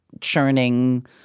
churning